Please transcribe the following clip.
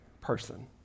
person